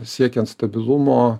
siekiant stabilumo